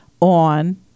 on